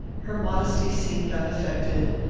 her modesty seemed unaffected,